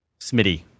Smitty